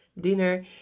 dinner